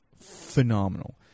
phenomenal